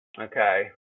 Okay